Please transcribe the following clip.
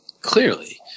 Clearly